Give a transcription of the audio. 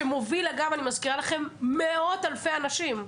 שמוביל, אגב, אני מזכירה לכם, מאות אלפי אנשים.